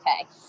okay